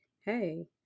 hey